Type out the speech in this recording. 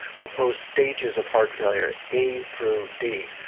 proposed stages of heart failure a through d,